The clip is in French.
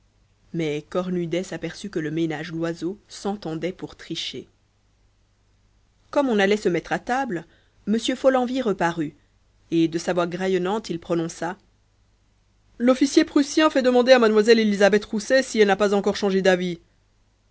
mais cornudet s'aperçut que le ménage loiseau s'entendait pour tricher comme on allait se mettre à table m follenvie reparut et de sa voix graillonnante il prononça l'officier prussien fait demander à mlle elisabeth rousset si elle n'a pas encore changé d'avis